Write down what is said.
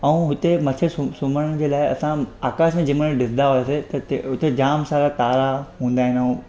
ऐं हुते मथे सुम सुम्हण जे लाइ असां आकाश में जंहिंमहिल ॾिसंदा हुयासीं त हुते जाम सारा तारा हूंदा आहिनि ऐं